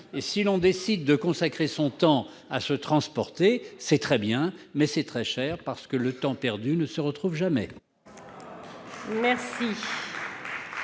? On peut décider de consacrer son temps à se transporter : c'est très bien, mais c'est très cher, car le temps perdu ne se retrouve jamais !